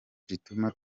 gituma